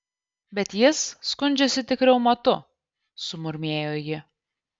bet jis skundžiasi tik reumatu sumurmėjo ji